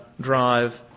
Drive